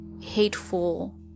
hateful